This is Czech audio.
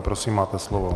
Prosím, máte slovo.